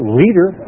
leader